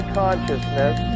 consciousness